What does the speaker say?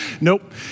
Nope